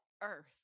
earth